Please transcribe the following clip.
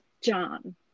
john